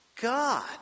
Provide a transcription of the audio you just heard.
God